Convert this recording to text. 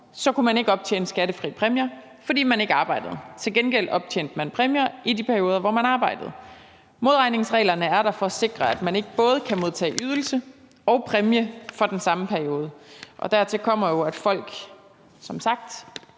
kunne man ikke optjene skattefri præmier, fordi man ikke arbejdede. Til gengæld optjente man præmier i de perioder, hvor man arbejdede. Modregningsreglerne er der for sikre, at man ikke både kan modtage en ydelse og en præmie for den samme periode. Dertil kommer jo, at folk som sagt